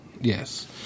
Yes